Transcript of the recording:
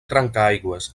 trencaaigües